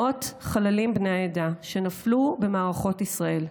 מאות חללים בני העדה שנפלו במערכות ישראל,